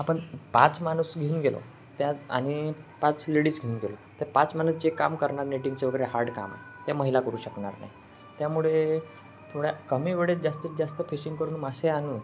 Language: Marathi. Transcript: आपण पाच माणूस घेऊन गेलो त्या आणि पाच लेडीज घेऊन गेलो त्या पाच माणूस जे काम करणार नेटिंगचे वगैरे हार्ड काम आहे ते महिला करू शकणार नाही त्यामुळे थोड्या कमी वेळेत जास्तीत जास्त फिशिंग करून मासे आणून